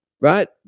right